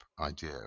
idea